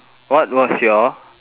what was your